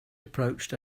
approached